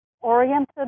oriented